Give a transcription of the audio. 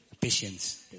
Patience